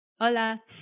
Hola